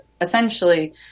essentially